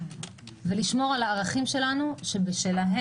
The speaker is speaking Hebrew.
ולשמור על הערכים שלנו שבשמם